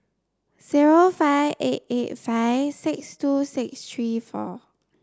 zero five eight eight five six two six three four